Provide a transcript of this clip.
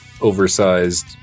oversized